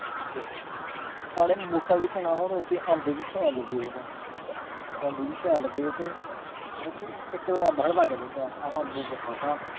ते साढ़े बूह्टा बी घना हा होर उत्थै अम्ब बी शैल लग्गे दे हे अम्ब बी शैल लग्गे दे ते मतलब कि इक अम्ब साढ़ै लाग्गै तिग्गे हे अहें अम्ब उम्ब खाद्धा